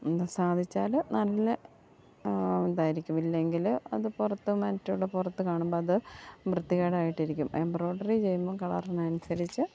സാധിച്ചാൽ നല്ല ഇതായിരിക്കും ഇല്ലെങ്കിൽ അത് പുറത്ത് മറ്റുള്ള പുറത്ത് കാണുമ്പോൾ അത് വൃത്തികേടായിട്ടിരിക്കും എംബ്രോയിഡറി ചെയ്യുമ്പോൾ കളറിനനുസരിച്ച്